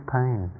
pain